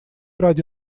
ради